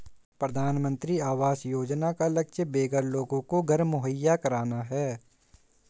प्रधानमंत्री आवास योजना का लक्ष्य बेघर लोगों को घर मुहैया कराना है